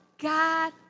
God